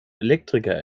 elektriker